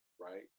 right